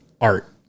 art